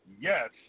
Yes